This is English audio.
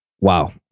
Wow